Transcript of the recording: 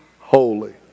holy